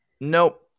Nope